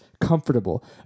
comfortable